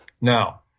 Now